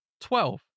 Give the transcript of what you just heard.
Twelve